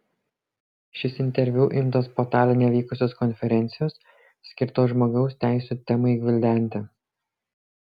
šis interviu imtas po taline vykusios konferencijos skirtos žmogaus teisių temai gvildenti